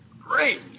great